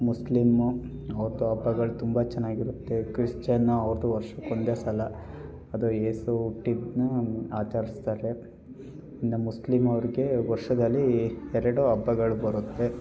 ಮುಸ್ಲಿಮ್ಮು ಅವ್ರದ್ದು ಹಬ್ಬಗಳು ತುಂಬ ಚೆನ್ನಾಗಿರುತ್ತೆ ಕ್ರಿಶ್ಚನ್ ಅವ್ರದ್ದು ವರ್ಷಕ್ಕೆ ಒಂದೇ ಸಲ ಅದು ಏಸು ಹುಟ್ಟಿದ್ದನ್ನ ಆಚರಿಸ್ತಾರೆ ಇನ್ನೂ ಮುಸ್ಲಿಮ್ ಅವ್ರಿಗೆ ವರ್ಷದಲ್ಲಿ ಎರಡು ಹಬ್ಬಗಳು ಬರುತ್ತವೆ